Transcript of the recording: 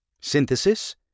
Synthesis